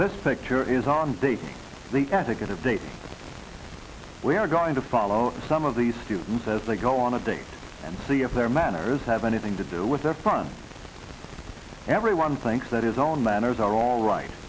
this picture is on the ticket update we are going to follow some of these students as they go on a date and see if their manners have anything to do with their fun everyone thinks that is all manners are all right